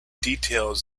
details